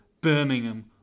Birmingham